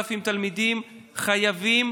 מ-8,000 תלמידים חייבים